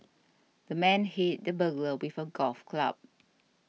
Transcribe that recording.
the man hit the burglar with a golf club